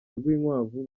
rwinkwavu